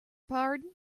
pardon